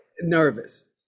nervous